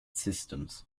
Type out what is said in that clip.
systems